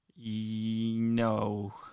No